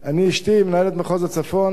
אשתי היא מנהלת מחוז הצפון,